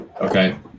Okay